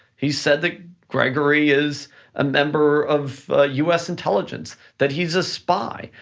he said that grigory is a member of us intelligence, that he's a spy,